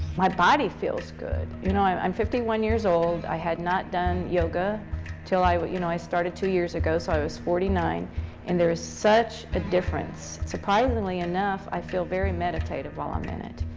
my body feels good. you know i'm i'm fifty one years old i had not done yoga till i but you know i started two years ago so i was forty nine and there is such a difference. surprisingly enough i feel very meditative when um i'm in it.